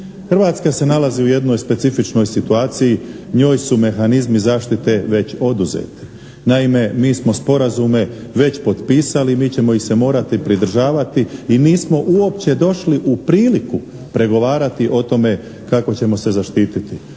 Hrvatska se nalazi u jednoj specifičnoj situaciji. Njoj su mehanizmi zaštite već oduzeti. Naime, mi smo sporazume već potpisali, mi ćemo ih se morati pridržavati i nismo uopće došli u priliku pregovarati o tome kako ćemo se zaštititi.